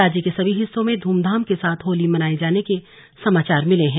राज्य के सभी हिस्सों से ध्रमधाम के साथ होली मनाये जाने के समाचार मिले हैं